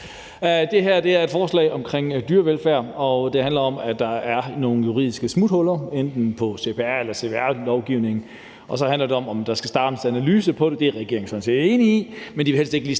Det her er et forslag omkring dyrevelfærd, og det handler om, at der er nogle juridiske smuthuller i enten cpr- eller cvr-lovgivningen, og det handler om, om der skal startes en analyse af det, og det er regeringen sådan set enig i. Men de vil helst ikke lige